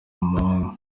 mahanga